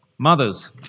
Mothers